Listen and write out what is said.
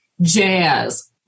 jazz